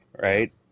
right